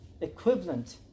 equivalent